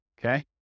Okay